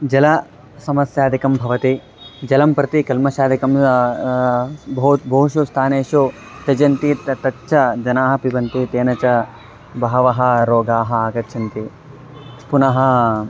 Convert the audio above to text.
जलस्य समस्यादिकं भवति जलं प्रति कल्मषादिकं बहु बहुषु स्थानेषु त्यजन्ति त तच्च जनाः पिबन्ति तेन च बहवः रोगाः आगच्छन्ति पुनः